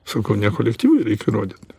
sakau ne kolektyvui reik įrodyti